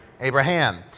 Abraham